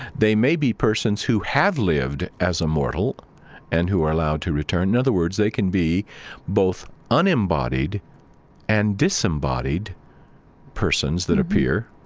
they may be persons who have lived as a mortal and who are allowed to return. in other words, they can be both unembodied and disembodied persons that appear,